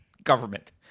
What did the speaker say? Government